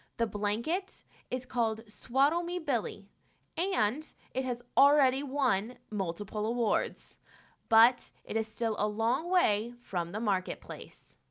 the blanket is called swaddle-mi-bili and it has already won multiple awards but it is still a long way from the market place.